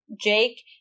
Jake